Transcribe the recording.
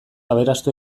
aberastu